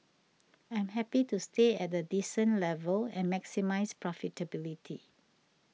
I'm happy to stay at a decent level and maximise profitability